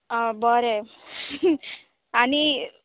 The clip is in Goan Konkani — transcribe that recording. आं बरें आनी